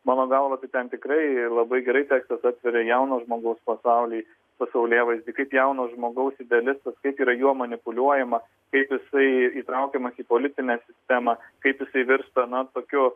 mano galva tai ten tikrai labai gerai tekstas atveria jauno žmogaus pasaulį pasaulėvaizdį kaip jauno žmogaus idealistas kaip yra juo manipuliuojama kaip jisai įtraukiamas į politinę sistemą kaip jisai virsta na tokiu